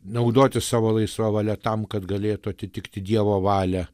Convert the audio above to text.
naudotis savo laisva valia tam kad galėtų atitikti dievo valią